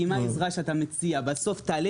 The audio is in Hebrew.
אם העזרה שאתה מציע תעלה בסופו של יום את